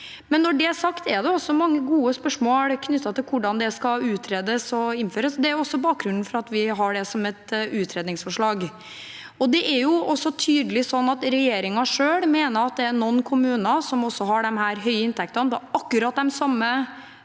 Når det er sagt, er det også mange gode spørsmål knyttet til hvordan det skal utredes og innføres. Det er også bak grunnen for at vi har det som et utredningsforslag. Det er jo også tydelig at regjeringen selv mener at noen kommuner som har disse høye inntektene, akkurat de samme